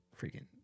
freaking